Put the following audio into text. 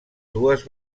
dues